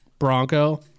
Bronco